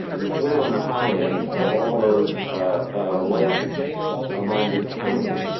we're on the high end of all those ah like like-minded counties,